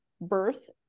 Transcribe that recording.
Birth